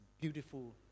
beautiful